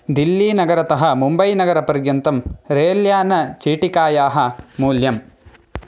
दिल्लीनगरतः मुम्बैनगरपर्यन्तं रेल् यानचीटिकायाः मूल्यम्